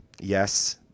yes